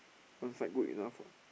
one side good enough ah